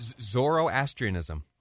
Zoroastrianism